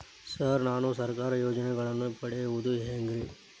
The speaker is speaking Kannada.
ಸರ್ ನಾನು ಸರ್ಕಾರ ಯೋಜೆನೆಗಳನ್ನು ಪಡೆಯುವುದು ಹೆಂಗ್ರಿ?